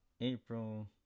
April